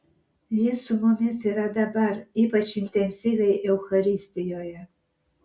jis su mumis yra dabar ypač intensyviai eucharistijoje